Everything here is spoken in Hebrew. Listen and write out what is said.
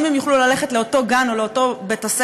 אם הם יוכלו ללכת לאותו גן או לאותו בית-הספר